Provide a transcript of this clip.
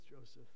Joseph